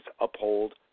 uphold